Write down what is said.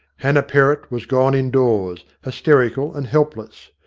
hannah perrott was gone indoors, hysterical and helpless.